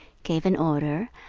gave an order,